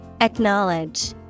Acknowledge